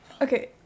okay